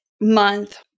month